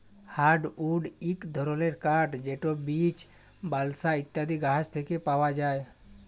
hardwood ইক ধরলের কাঠ যেট বীচ, বালসা ইত্যাদি গাহাচ থ্যাকে পাউয়া যায়